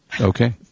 Okay